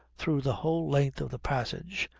through the whole length of the passage,